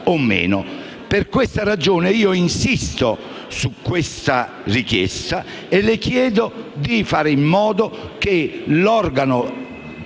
Per questa ragione, io insisto su questa richiesta e le chiedo di fare in modo che l'organo